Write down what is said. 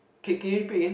can can you repeat again